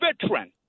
veteran